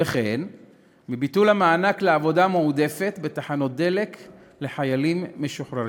וכן מביטול המענק לעבודה מועדפת בתחנות תדלוק לחיילים משוחררים.